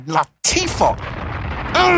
Latifah